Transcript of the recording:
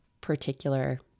particular